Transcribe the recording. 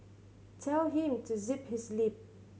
tell him to zip his lip